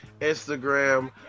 Instagram